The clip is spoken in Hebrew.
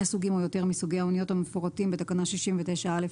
סוגים או יותר מסוגי האניות המפורטים בתקנה 69(א)(3),